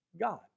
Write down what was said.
God